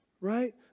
right